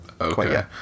okay